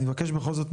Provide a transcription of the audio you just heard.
אני מבקש בכל זאת,